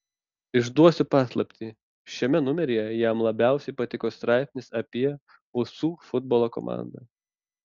išduosiu paslaptį šiame numeryje jam labiausiai patiko straipsnis apie usų futbolo komandą